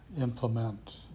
implement